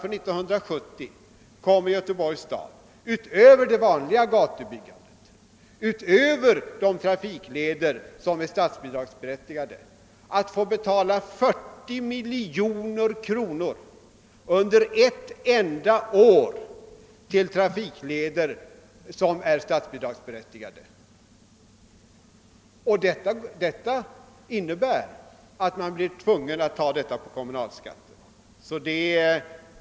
För 1970 räknar man med att Göteborgs stad utöver det vanliga gatubyggandet och utöver de trafikleder till vilka statsbidrag utgår kommer att få betala 40 miljoner kronor under ett enda år därför att man helt enkelt inte kan vänta på statsbidraget för trafikleder som är oundgängligen nödvändiga. Detta innebär att man blir tvungen att ta ut pengarna via kommunalskatt.